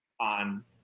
on